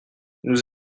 nous